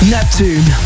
Neptune